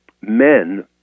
men